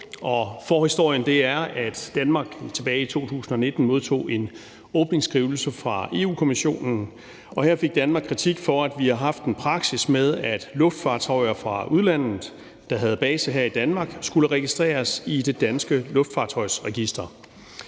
forhistorien er, at Danmark tilbage i 2019 modtog en åbningsskrivelse fra Europa-Kommissionen. Her fik Danmark kritik for, at vi har haft en praksis med, at luftfartøjer fra udlandet, der havde base her i Danmark, skulle registreres i det danske luftfartøjsregister.